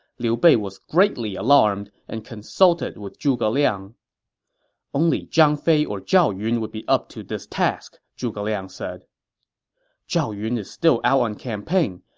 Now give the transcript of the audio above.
liu bei was greatly alarmed and consulted with zhuge liang only zhang fei or zhao yun would be up to this task, zhuge liang said zhao yun is still out on campaign,